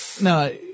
no